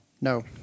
No